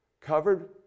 covered